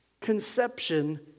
conception